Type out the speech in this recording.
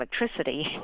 electricity